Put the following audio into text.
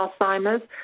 Alzheimer's